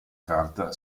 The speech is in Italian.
carta